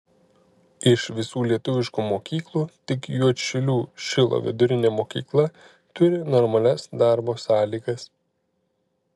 iš visų lietuviškų mokyklų tik juodšilių šilo vidurinė mokykla turi normalias darbo sąlygas